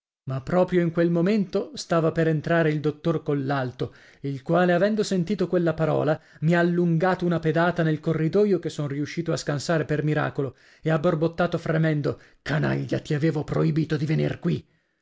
ma proprio in quel momento stava per entrare il dottor collalto il quale avendo sentito quella parola mi ha allungato una pedata nel corridoio che son riuscito a scansare per miracolo e ha borbottato fremendo canaglia ti avevo proibito di venir qui